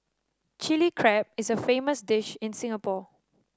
Chilli Crab is a famous dish in Singapore